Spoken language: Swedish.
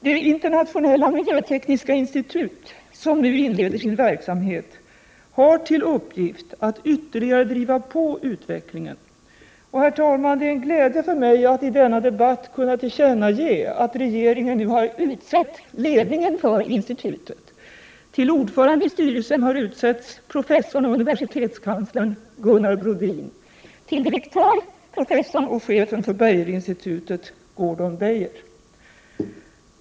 Det internationella miljötekniska institutet, som nu inleder sin verksamhet, har till uppgift att ytterligare driva på utvecklingen. Herr talman! Det är en glädje för mig att i denna debatt kunna tillkännage att regeringen nu har utsett ledningen för institutet. Till ordförande i styrelsen har utsetts professorn och universitetskanslern Gunnar Brodin och till direktör professorn och chefen för Beijerinstitutet Gordon Goodman.